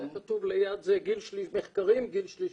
היה כתוב ליד זה 'מחקרים גיל שלישי'.